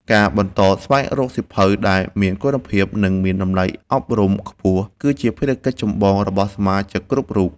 ការបន្តស្វែងរកសៀវភៅដែលមានគុណភាព និងមានតម្លៃអប់រំខ្ពស់ គឺជាភារកិច្ចចម្បងរបស់សមាជិកគ្រប់រូប។